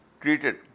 treated